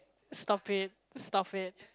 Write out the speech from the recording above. stop it stop it